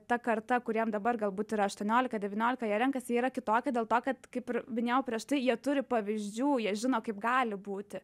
ta karta kuriem dabar galbūt yra aštuoniolika devyniolika renkasi jie yra kitokie dėl to kad kaip ir minėjau prieš tai jie turi pavyzdžių jie žino kaip gali būti